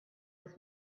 his